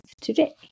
today